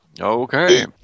Okay